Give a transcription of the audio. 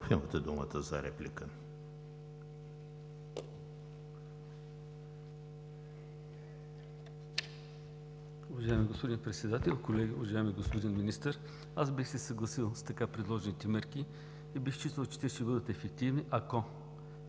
– имате думата за дуплика,